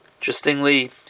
Interestingly